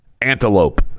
antelope